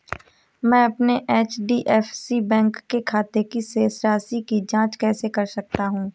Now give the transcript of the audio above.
मैं अपने HDFC bank के खाते की शेष राशि की जाँच कैसे कर सकता हूँ?